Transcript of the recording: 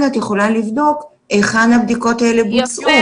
את יכולה לבדוק היכן הבדיקות האלה בוצעו.